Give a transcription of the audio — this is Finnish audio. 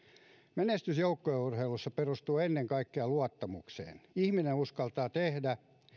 menestys joukkueurheilussa perustuu ennen kaikkea luottamukseen ihminen uskaltaa tehdä